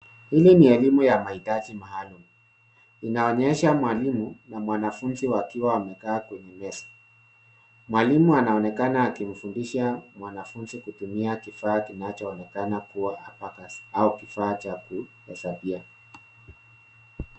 Hili ni elimu ya mahitaji maalum, inaonyesha mwalimu na mwanafunzi wakiwa wamekaa kwenye meza. Mwalimu anaonekana akimfundisha mwanafunzi kutumia kifaa kinachoonekana kuwa abacus au kifaa cha kuhesabia.